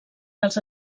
dels